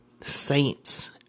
Saints